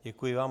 Děkuji vám.